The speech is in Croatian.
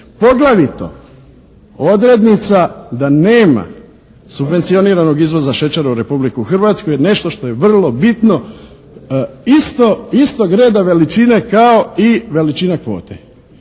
poglavito odrednica da nema subvencioniranog izvoza šećera u Republiku Hrvatsku je nešto što je vrlo bitno istog reda veličine kao i veličina kvote.